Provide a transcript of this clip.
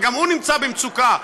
וגם הוא נמצא במצוקה,